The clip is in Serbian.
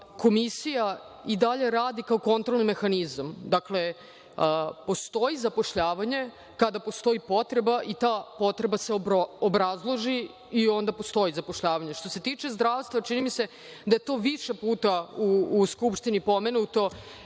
komisija i dalje radi kao kontrolni mehanizam. Dakle, postoji zapošljavanje, kada postoji potreba i ta potreba se obrazloži i onda postoji zapošljavanje. Što se tiče zdravstva, čini mi se da je to više puta u Skupštini pomenuto